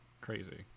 crazy